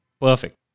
Perfect